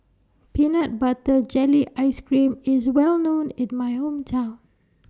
Peanut Butter Jelly Ice Cream IS Well known in My Hometown